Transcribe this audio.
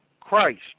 Christ